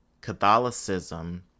Catholicism